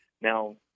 Now